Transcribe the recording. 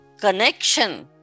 connection